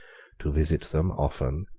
to visit them often,